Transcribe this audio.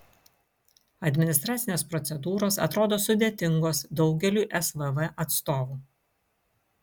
administracinės procedūros atrodo sudėtingos daugeliui svv atstovų